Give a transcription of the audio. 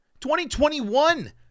2021